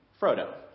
Frodo